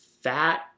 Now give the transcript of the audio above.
fat